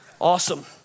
Awesome